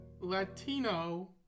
Latino